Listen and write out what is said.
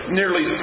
nearly